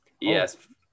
Yes